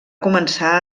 començar